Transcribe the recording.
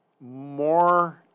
More